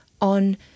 on